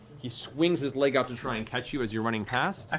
he swings his leg out to try and catch you as you're running past.